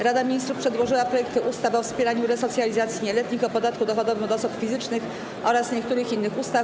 Rada Ministrów przedłożyła projekty ustaw: - o wspieraniu resocjalizacji nieletnich, - o podatku dochodowym od osób fizycznych oraz niektórych innych ustaw.